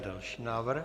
Další návrh.